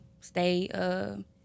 Stay